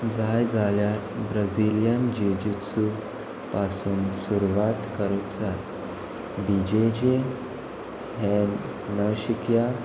जाय जाल्यार Brazilian jiu jitsu पासून सुरवात करूंक जाय विजे जे हे नशिक्या